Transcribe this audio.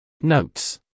Notes